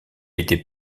était